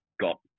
got